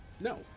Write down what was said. No